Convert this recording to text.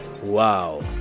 Wow